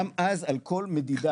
גם אז על כל מדידה,